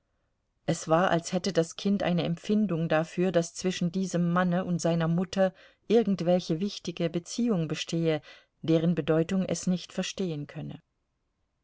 es war als hätte das kind eine empfindung dafür daß zwischen diesem manne und seiner mutter irgendwelche wichtige beziehung bestehe deren bedeutung es nicht verstehen könne